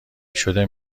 شده